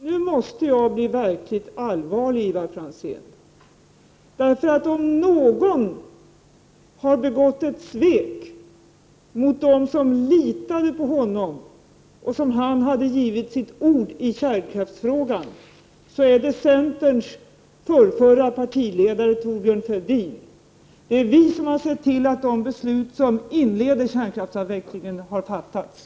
Herr talman! Nu måste jag bli verkligt allvarlig, Ivar Franzén. Om någon har begått ett svek mot dem som litade på honom — och han hade givit sitt ord i kärnkraftsfrågan — är det centerns förrförre partiledare Thorbjörn Fälldin. Det är vi som har sett till att de beslut som inleder kärnkraftsavvecklingen har blivit fattade.